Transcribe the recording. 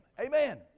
Amen